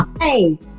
Hey